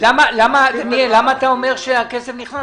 למה אתה אומר שהכסף נכנס,